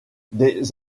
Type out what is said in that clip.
des